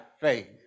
faith